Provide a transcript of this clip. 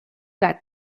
gat